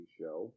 show